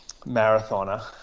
marathoner